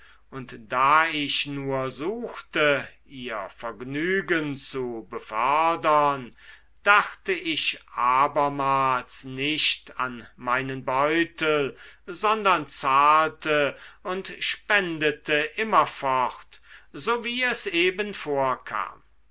und da ich nur suchte ihr vergnügen zu befördern dachte ich abermals nicht an meinen beutel sondern zahlte und spendete immerfort so wie es eben vorkam